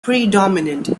predominant